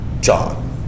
John